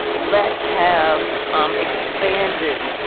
let's have um expanded